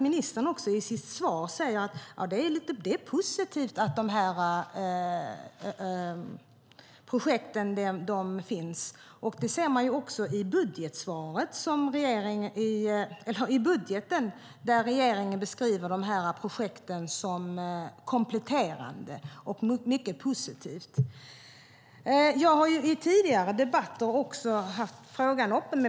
Ministern säger i sitt svar att det är positivt att de här projekten finns. Det ser man också i budgeten, där regeringen beskriver de här projekten som något som är kompletterande och mycket positivt. Jag har i tidigare debatter med ministern haft frågan uppe.